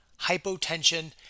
hypotension